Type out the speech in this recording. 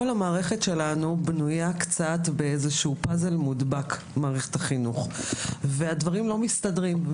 כל מערכת החינוך שלנו בנויה במין פאזל מודבק והדברים לא מסתדרים.